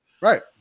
Right